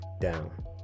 down